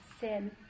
sin